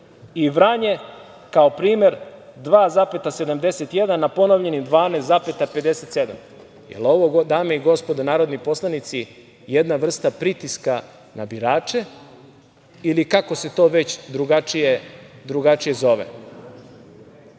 Vranje, kao primer, 2,71%, na ponovljenim 12,57%.Jel ovo, dame i gospodo narodni poslanici, jedna vrsta pritiska na birače ili kako se to već drugačije zove? Druga